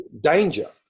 danger